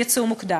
יצאו מוקדם.